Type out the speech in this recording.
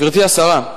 גברתי השרה,